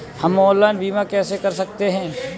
हम ऑनलाइन बीमा कैसे कर सकते हैं?